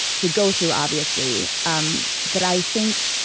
to go through obviously, um but i think.